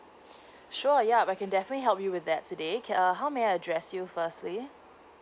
sure ya I can definitely help you with that today can err how may I address you firstly